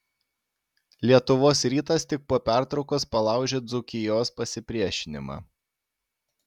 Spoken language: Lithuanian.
lietuvos rytas tik po pertraukos palaužė dzūkijos pasipriešinimą